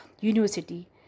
university